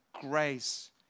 grace